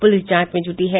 police जांच में जुटी है